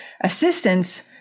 assistance